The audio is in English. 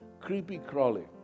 creepy-crawling